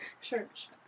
church